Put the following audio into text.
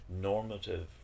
normative